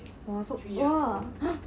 !wah! so !wah! !huh!